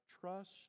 trust